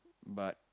but